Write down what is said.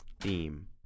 theme